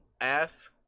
ass